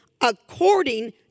according